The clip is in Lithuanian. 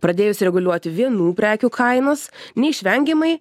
pradėjus reguliuoti vienų prekių kainas neišvengiamai